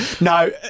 No